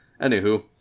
Anywho